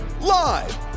Live